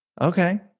Okay